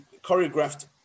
choreographed